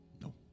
no